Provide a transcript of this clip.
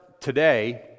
today